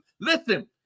Listen